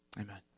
Amen